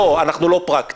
לא, אנחנו לא פרקטיים.